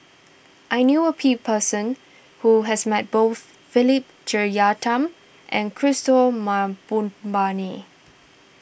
I knew a people person who has met both Philip Jeyaretnam and Kishore Mahbubani